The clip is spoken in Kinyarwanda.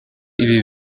ibi